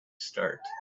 start